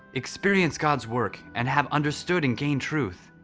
experience god's work, and have understood and gained truth,